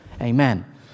Amen